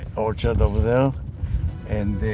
orchard over there and